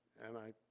and i